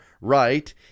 right